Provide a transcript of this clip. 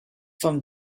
from